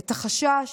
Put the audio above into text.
את החשש,